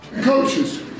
coaches